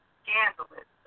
scandalous